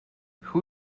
who